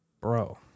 Bro